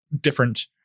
different